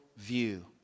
View